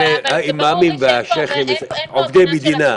הרי האימאמים והשייח'ים הם עובדי מדינה,